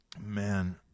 man